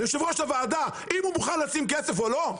ליו"ר הוועדה אם הוא מוכן לשים כסף או לא.